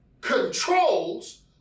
controls